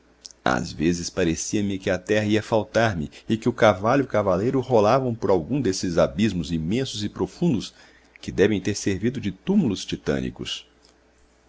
às vezes parecia-me que a terra ia faltar me e que o cavalo e cavaleiro rolavam por algum desses abismos imensos e profundos que devem ter servido de túmulos titânicos